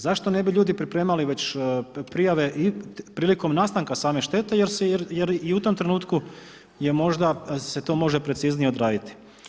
Zašto ne bi ljudi pripremali već prijave i prilikom nastanka same štete jer i u tom trenutku je možda se to može preciznije odraditi.